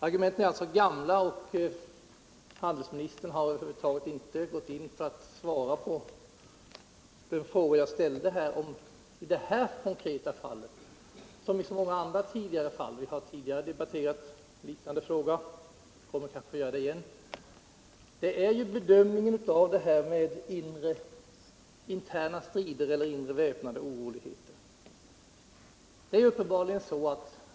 Argumenten är alltså gamla och handelsministern har över huvud taget inte gått in på att svara på de frågor som jag ställde i det här konkreta fallet, liksom i så många andra fall — vi har tidigare debatterat liknande frågor och kommer kanske att göra det igen. Det gäller bedömningen av om det förekommer interna strider eller inre öppna oroligheter.